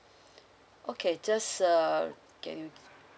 okay just uh